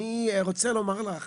אני רוצה לומר לך,